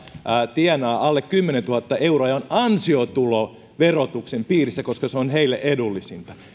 tienaa alle kymmenentuhatta euroa ja on ansiotuloverotuksen piirissä koska se on heille edullisinta